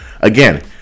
again